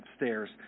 upstairs